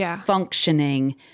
functioning